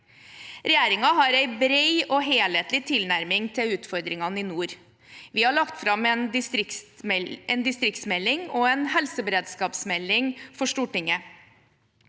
Regjeringen har en bred og helhetlig tilnærming til utfordringene i nord. Vi har lagt fram en distriktsmelding og en helseberedskapsmelding for Stortinget.